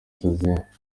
tuniziya